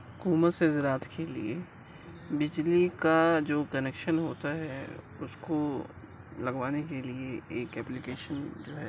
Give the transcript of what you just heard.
حکومت سے زراعت کے لیے بجلی کا جو کنیکشن ہوتا ہے اس کو لگوانے کے لیے ایک اپلیکیشن جو ہے